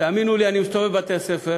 תאמינו לי, אני מסתובב בבתי-הספר,